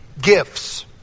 gifts